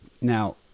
Now